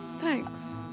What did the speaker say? Thanks